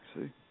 see